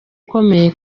ukomeye